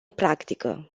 practică